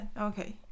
Okay